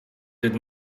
did